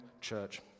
church